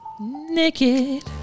Naked